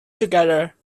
together